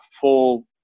full